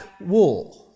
wool